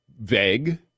Vague